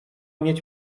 mieć